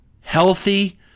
healthy